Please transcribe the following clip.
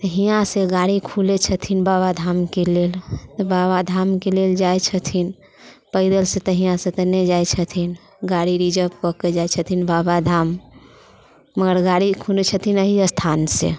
हियाँसँ गाड़ी खुलै छथिन बाबा धामके लेल तऽ बाबा धामके लेल जाइ छथिन पैदलेसँ तऽ यहाँसँ नहि जाइ छथिन गाड़ी रिजर्व कऽके जाइ छथिन बाबा धाम मगर गाड़ी खुलै छथिन अहि स्थानसँ